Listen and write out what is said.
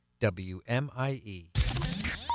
WMIE